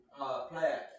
player